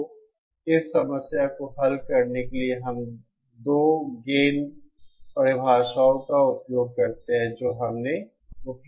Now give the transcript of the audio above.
तो इस समस्या को हल करने के लिए हम अन्य 2 गेन परिभाषाओं का उपयोग करते हैं जो हमने उपयोग की हैं